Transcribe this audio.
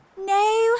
no